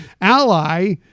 ally